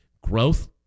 growth